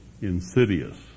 insidious